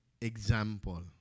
example